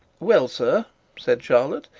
well, sir said charlotte,